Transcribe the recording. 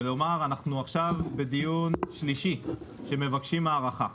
אנחנו עכשיו בדיון שלישי שבו מבקשים הארכה.